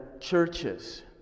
churches